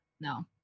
No